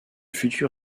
futur